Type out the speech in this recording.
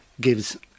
gives